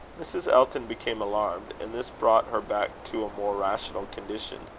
mrs. elton became alarmed, and this brought her back to a more rational condition.